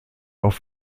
auf